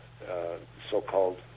so-called